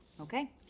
Okay